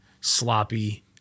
sloppy